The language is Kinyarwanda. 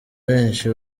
benshi